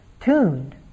tuned